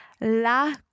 La